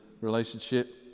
relationship